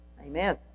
Amen